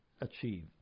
achieved